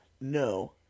No